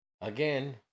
Again